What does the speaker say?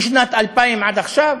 משנת 2000 עד עכשיו,